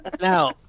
Now